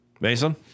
Mason